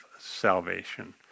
salvation